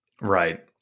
Right